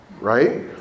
right